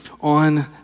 on